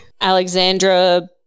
alexandra